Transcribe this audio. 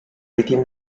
within